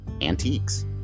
antiques